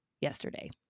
yesterday